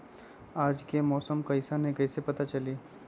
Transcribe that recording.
आज के मौसम कईसन हैं कईसे पता चली?